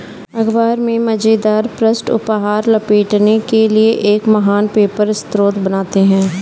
अख़बार में मज़ेदार पृष्ठ उपहार लपेटने के लिए एक महान पेपर स्रोत बनाते हैं